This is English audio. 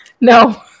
No